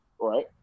right